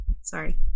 Sorry